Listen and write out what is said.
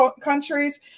countries